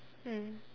mm